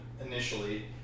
initially